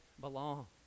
belong